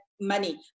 money